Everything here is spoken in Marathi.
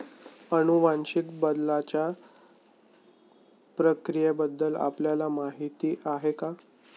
अनुवांशिक बदलाच्या प्रक्रियेबद्दल आपल्याला माहिती आहे का?